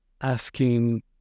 asking